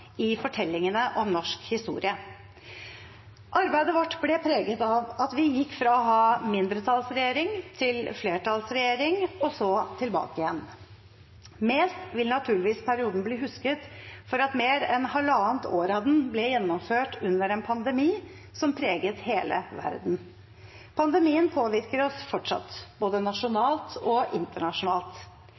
i fortellingene om norsk historie. Arbeidet vårt ble preget av at vi gikk fra å ha mindretallsregjering til flertallsregjering, og så tilbake igjen. Mest vil naturligvis perioden bli husket for at mer enn halvannet år av den ble gjennomført under en pandemi som preget hele verden. Pandemien påvirker oss fortsatt, både nasjonalt og internasjonalt.